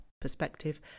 perspective